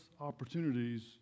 opportunities